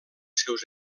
seus